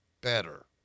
better